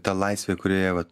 ta laisvė kurioje vat